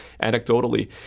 anecdotally